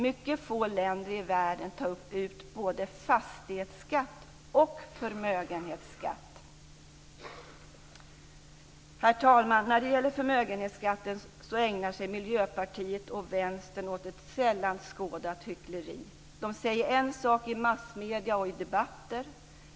Mycket få länder i världen tar ut både fastighetsskatt och förmögenhetsskatt. Herr talman! När det gäller förmögenhetsskatten så ägnar sig Miljöpartiet och Vänstern åt ett sällan skådat hyckleri. De säger en sak i massmedierna och i debatter.